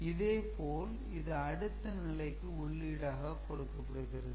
இதே போல் இது அடுத்த நிலைக்கு உள்ளீடாக கொடுக்கப்படுகிறது